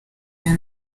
iyo